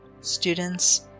students